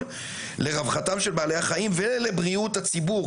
לרווחתם של בעלי החיים ולבריאות הציבור.